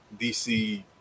DC